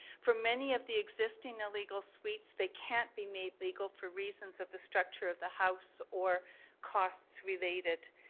for many of the existing illegal suites they can't be made legal for reasons of the structure of the house or costs related,